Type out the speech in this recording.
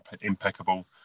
impeccable